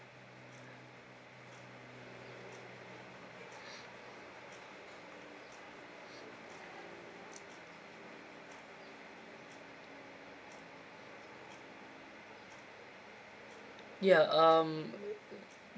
yeah um